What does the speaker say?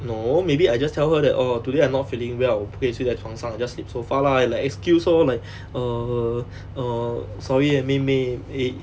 no maybe I just tell her that orh today I'm not feeling well 我不可以睡在床上 I'll just sleep sofa lah like excuse lor like err err sorry eh 妹妹